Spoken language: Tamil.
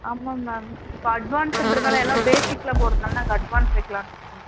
ஆமாம் மேம் இப்போ அட்வான்ஸுன்றதனால எல்லாம் பேஸிக்ல போகிறதுனால நாங்கள் அட்வான்ஸ் வைக்கிலான்னு இருக்கோம் மேம்